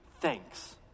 thanks